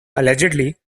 allegedly